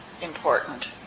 important